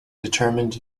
determined